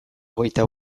hogeita